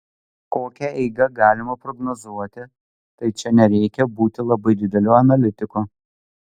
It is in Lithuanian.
kokią eigą galima prognozuoti tai čia nereikia būti labai dideliu analitiku